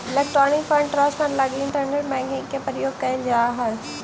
electronic fund transfer लगी internet banking के प्रयोग कैल जा हइ